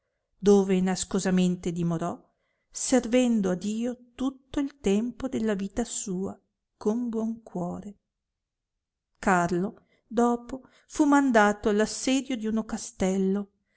dove nascosamente dimorò servendo a dio tutto il tempo della vita sua con buon cuore carlo dopo fu mandato allo assedio di uno castello